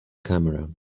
camera